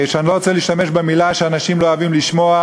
אני לא רוצה להשתמש במילה שאנשים לא אוהבים לשמוע,